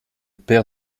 paire